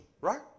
Right